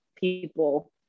people